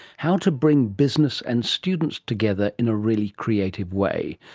how to bring business and students together in a really creative way.